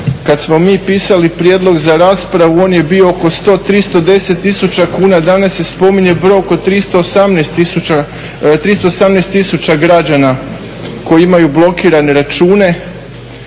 Kad smo mi pisali prijedlog za raspravu on je bio oko 100, 310 tisuća kuna. Danas se spominje broj oko 318 tisuća građana koji imaju blokirane račune.